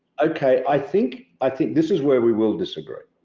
okay, i think i think this is where we will disagree.